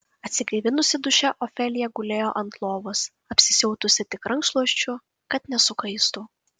atsigaivinusi duše ofelija gulėjo ant lovos apsisiautusi tik rankšluosčiu kad nesukaistų